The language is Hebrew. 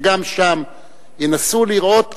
שגם שם ינסו לראות,